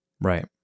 Right